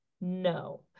No